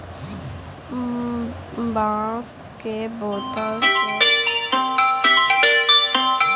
बांस के बोतल से पर्यावरण को मुनाफा ही होगा रमेश ने कहा